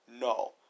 No